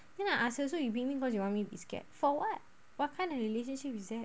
then ask her so you beat me cause you want me to be scared for what what kind of relationship is that